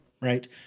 right